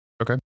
Okay